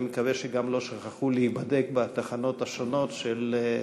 אני מקווה שהם גם לא שכחו להיבדק בתחנות השונות של,